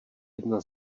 jedna